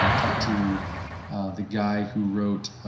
and i talked to the guy who wrote,